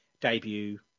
debut